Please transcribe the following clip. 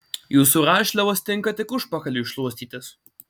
jūsų rašliavos tinka tik užpakaliui šluostytis